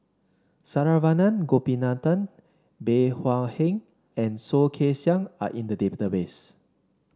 Saravanan Gopinathan Bey Hua Heng and Soh Kay Siang are in the database